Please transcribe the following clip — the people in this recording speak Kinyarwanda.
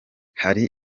hari